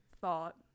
thought